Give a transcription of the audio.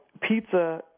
pizza